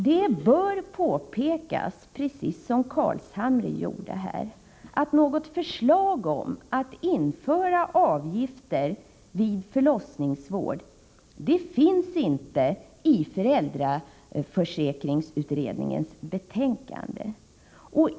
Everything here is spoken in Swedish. Det bör påpekas, precis som Nils Carlshamre gjorde här, att något förslag om att införa avgifter vid förlossningsvård inte finns i föräldraförsäkringsutredningens betänkande.